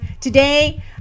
today